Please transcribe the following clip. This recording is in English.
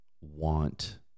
want